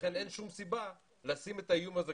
ולכן אין שום סיבה לשים את האיום הזה,